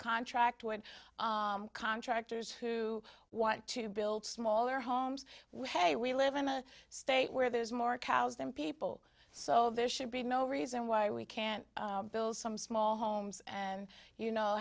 contract would contractors who want to build smaller homes we have a we live in a state where there's more cows than people so there should be no reason why we can't build some small homes and you know